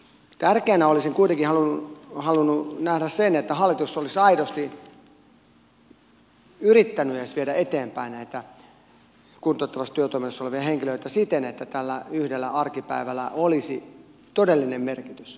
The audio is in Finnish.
tärkeänä olisin kuitenkin halunnut nähdä sen että hallitus olisi aidosti yrittänyt edes viedä eteenpäin näitä kuntouttavassa työtoiminnassa olevia henkilöitä siten että tällä yhdellä arkipäivällä olisi todellinen merkitys